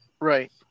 Right